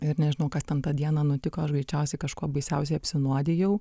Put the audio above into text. ir nežinau kas ten tą dieną nutiko aš greičiausiai kažkuo baisiausiai apsinuodijau